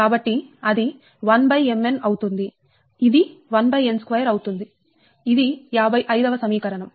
కాబట్టి అది 1mn అవుతుంది ఇది 1n2 అవుతుంది ఇది 55 వ సమీకరణం